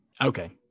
okay